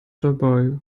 dabei